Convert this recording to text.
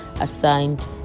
assigned